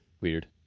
Weird